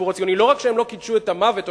לא רק שהם לא קידשו את המוות,